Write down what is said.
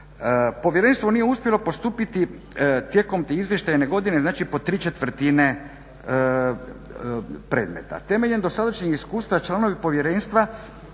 Povjerenstvo nije uspjelo postupiti tijekom te izvještajne godine znači po tri četvrtine predmeta. Temeljem dosadašnjih iskustva članovi Povjerenstva